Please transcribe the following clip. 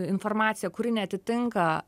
informaciją kuri neatitinka